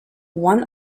one